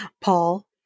Paul